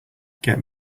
get